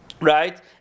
right